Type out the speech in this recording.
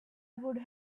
would